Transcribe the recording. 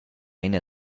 ina